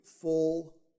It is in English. full